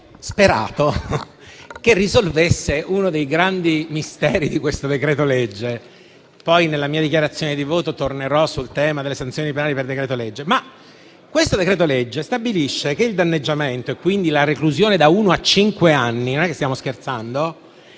ho sperato che risolvesse uno dei grandi misteri di questo decreto-legge. Nella mia dichiarazione di voto tornerò poi sul tema delle sanzioni penali per decreto-legge. Questo decreto-legge stabilisce che il danneggiamento, e quindi la reclusione da uno a cinque anni - non è che stiamo scherzando